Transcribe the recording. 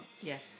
Yes